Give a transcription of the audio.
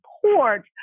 support